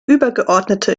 übergeordnete